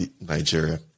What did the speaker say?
Nigeria